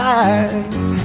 eyes